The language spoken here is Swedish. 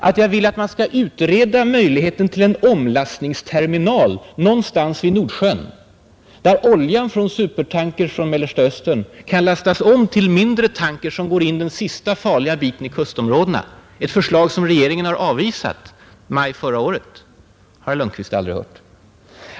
Att jag vill att man skall utreda möjligheten till en omlastningsterminal någonstans vid Nordsjön, där oljan från supertankers från Mellersta Östern kan lastas om till mindre tankers som går in den sista, farliga biten i kustområdena — ett förslag som regeringen har avvisat i maj förra året — har herr Lundkvist aldrig hört.